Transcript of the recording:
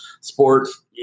sports